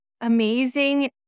amazing